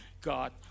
God